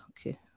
Okay